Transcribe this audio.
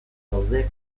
daude